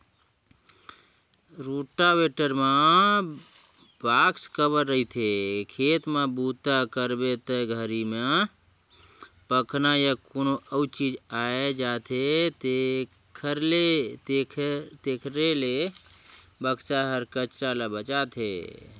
rotavator म box cover रहिथे, खेत में बूता करबे ते घरी में पखना या कोनो अउ चीज आये जाथे तेखर ले बक्सा हर कचरा ले बचाथे